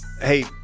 Hey